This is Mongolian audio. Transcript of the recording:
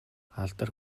алдар